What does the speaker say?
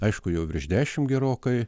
aišku jau virš dešim gerokai